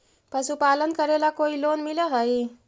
पशुपालन करेला कोई लोन मिल हइ?